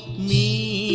me